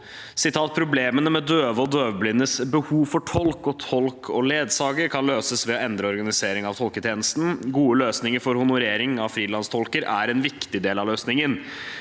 «Problemene med døve og døvblindes behov for tolk og tolk/ledsager kan løses ved å endre organiseringen av Tolketjenesten i NAV. Gode løsninger for honorering av frilanstolker er en viktig del av løsningen.